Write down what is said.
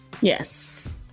Yes